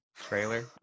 trailer